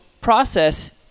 process